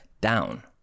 down